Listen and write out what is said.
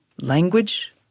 language